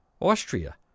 austria